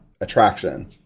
attraction